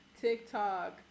TikTok